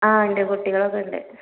ആ ഉണ്ട് കുട്ടികളൊക്കെയുണ്ട്